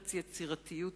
שבפרץ יצירתיות